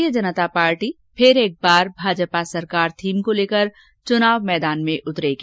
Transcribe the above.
भारतीय जनता पार्टी फिर एक बार भाजपा सरकार थीम को लेकर चुनाव मैदान में उतरेगी